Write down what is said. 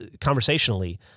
conversationally